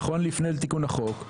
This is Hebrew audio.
נכון לפני תיקון החוק,